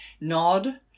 nod